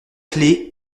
clé